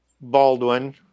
Baldwin